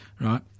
right